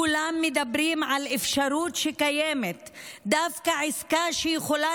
כולם מדברים על אפשרות שקיימת דווקא עסקה שיכולה